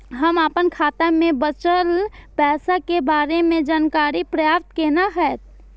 हम अपन खाता में बचल पैसा के बारे में जानकारी प्राप्त केना हैत?